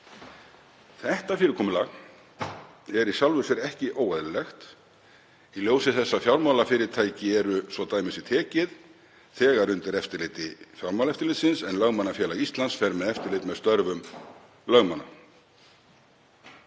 Þetta fyrirkomulag er í sjálfu sér ekki óeðlilegt í ljósi þess að fjármálafyrirtæki eru, svo að dæmi sé tekið, þegar undir eftirliti Fjármálaeftirlitsins, en Lögmannafélag Íslands fer með eftirlit með störfum lögmanna.